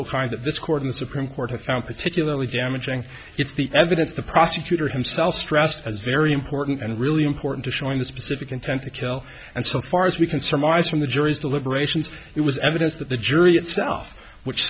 kind that this court in the supreme court has found particularly damaging if the evidence the prosecutor himself stressed as very important and really important to showing the specific intent to kill and so far as we can surmise from the jury's deliberations it was evidence that the jury itself which